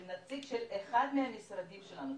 נציג של אחד מהמשרדים שלנו,